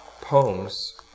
poems